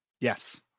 yes